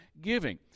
giving